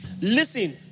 Listen